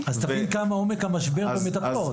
אז תבין כמה עמוק המשבר עם המטפלות.